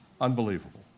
Unbelievable